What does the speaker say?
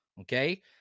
okay